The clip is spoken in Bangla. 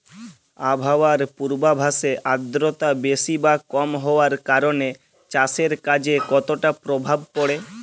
আবহাওয়ার পূর্বাভাসে আর্দ্রতা বেশি বা কম হওয়ার কারণে চাষের কাজে কতটা প্রভাব পড়ে?